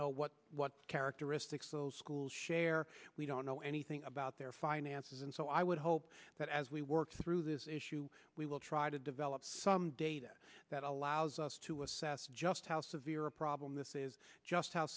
know what what characteristics those schools share we don't know anything about their finances and so i would hope that as we work through this issue we will try to develop some data that allows us to assess just how severe a problem this is just how